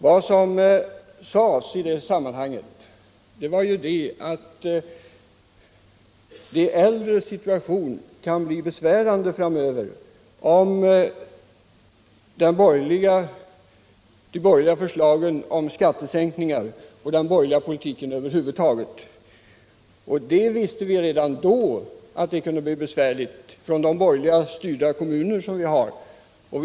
Vad som sades i valrörelsen var att de äldres situation kan bli besvärande framöver om de borgerliga förslagen om skattesänkningar och den borgerliga politiken över huvud taget genomförs. Vi visste redan då att det kunde bli besvärligt, mot bakgrund av erfarenheten från de borgerligt styrda kommunerna.